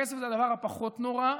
כסף זה הדבר-הפחות נורא,